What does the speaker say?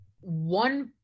one